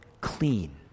clean